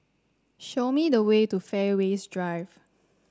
show me the way to Fairways Drive